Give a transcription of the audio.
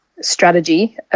strategy